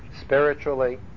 spiritually